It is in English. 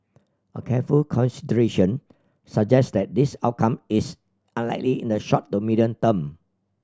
a careful consideration suggests that this outcome is unlikely in the short to medium term